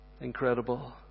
Incredible